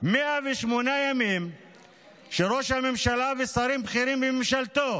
108 ימים שראש הממשלה ושרים בכירים בממשלתו